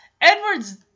Edward's